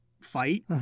fight